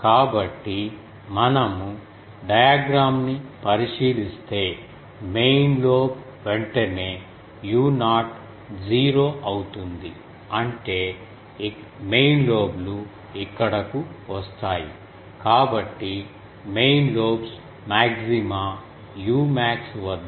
కాబట్టి మనము డయాగ్రమ్ ని పరిశీలిస్తే మెయిన్ లోబ్ వెంటనే u0 0 అవుతుంది అంటే మెయిన్ లోబ్లు ఇక్కడకు వస్తాయి కాబట్టి మెయిన్ లోబ్స్ మాగ్జిమా umax వద్ద 0 అవుతుంది